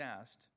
asked